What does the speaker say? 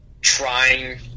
trying